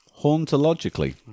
Hauntologically